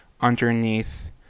underneath